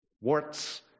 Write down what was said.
warts